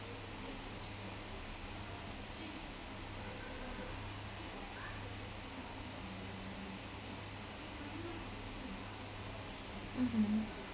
mmhmm